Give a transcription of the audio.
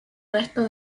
resto